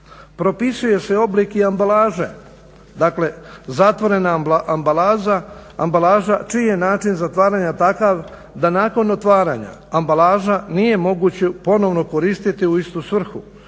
Propisuje se oblik i ambalaže, dakle zatvorena ambalaža čiji je način zatvaranja takav da nakon otvaranja ambalaža nije moguće ponovno koristiti u istu svrhu